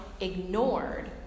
ignored